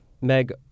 Meg